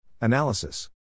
Analysis